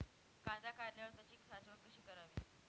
कांदा काढल्यावर त्याची साठवण कशी करावी?